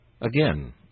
Again